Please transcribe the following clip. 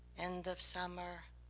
end of summer,